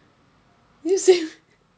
ya same